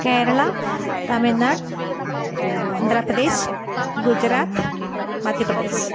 Kerala Tamil Nadu Andhra Pradesh Gujarat Madhya Pradesh